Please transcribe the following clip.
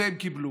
את זה הם קיבלו.